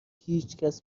هیچکس